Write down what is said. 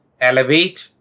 Elevate